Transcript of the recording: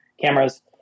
cameras